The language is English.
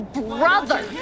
brother